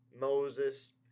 Moses